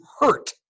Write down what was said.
hurt